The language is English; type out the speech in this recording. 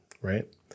right